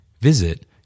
Visit